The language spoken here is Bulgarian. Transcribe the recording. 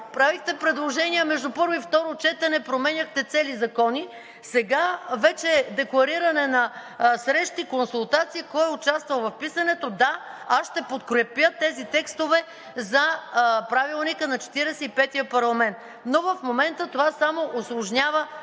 правихте предложения между първо и второ четене, променяхте цели закони, сега вече деклариране на срещи, консултации, кой участвал в писането… Да, аз ще подкрепя тези текстове за Правилника на Четиридесет и петия парламент. Но в момента това само усложнява